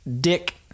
dick